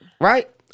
Right